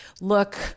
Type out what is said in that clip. look